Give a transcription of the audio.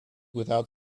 without